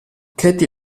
katie